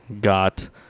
got